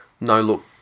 no-look